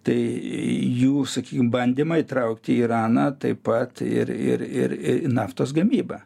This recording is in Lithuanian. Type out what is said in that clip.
tai jų sakykim bandymą įtraukti iraną taip pat ir ir ir naftos gamybą